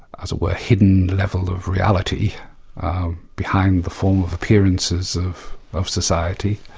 as it were, hidden level of reality behind the form of appearances of of society,